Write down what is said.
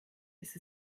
ist